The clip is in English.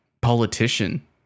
politician